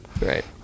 Right